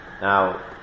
Now